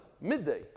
midday